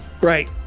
Right